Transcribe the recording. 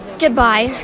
Goodbye